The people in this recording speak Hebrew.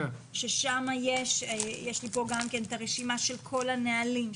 יש לי כאן גם את הרשימה של כל הנהלים,